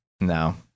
No